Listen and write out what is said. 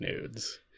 nudes